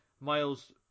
Miles